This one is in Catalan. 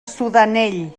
sudanell